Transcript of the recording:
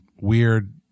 weird